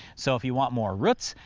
so, if you want more roots,